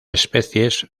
especies